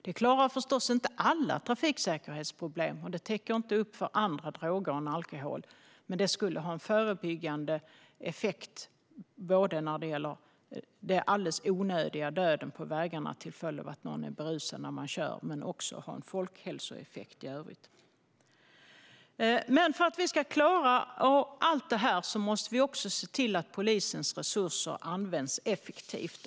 Det löser förstås inte alla trafiksäkerhetsproblem, och det täcker inte upp för andra droger än alkohol, men det skulle ha en förebyggande effekt när det gäller den alldeles onödiga döden på vägarna till följd av att någon kör berusad, och det skulle också ha en folkhälsoeffekt i övrigt. För att vi ska klara av allt det här måste vi se till att polisens resurser används effektivt.